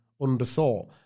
underthought